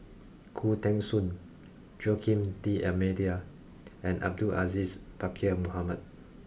Khoo Teng Soon Joaquim D'almeida and Abdul Aziz Pakkeer Mohamed